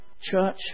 Church